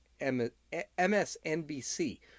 MSNBC